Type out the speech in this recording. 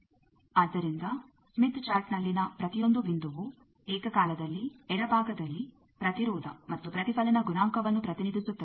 ಆದ್ದರಿಂದ ಸ್ಮಿತ್ ಚಾರ್ಟ್ನಲ್ಲಿನ ಪ್ರತಿಯೊಂದು ಬಿಂದುವು ಏಕಕಾಲದಲ್ಲಿ ಎಡಭಾಗದಲ್ಲಿ ಪ್ರತಿರೋಧ ಮತ್ತು ಪ್ರತಿಫಲನ ಗುಣಾಂಕವನ್ನು ಪ್ರತಿನಿಧಿಸುತ್ತದೆ